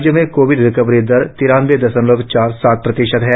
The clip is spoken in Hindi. राज्य में कोविड रिकवरी दर तिरानवे दशमलव चार सात प्रतिशत है